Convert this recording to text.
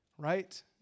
right